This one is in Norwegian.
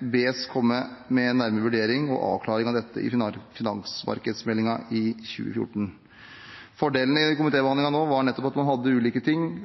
man hadde ulike ting.